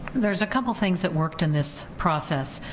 there's a couple things that worked in this process.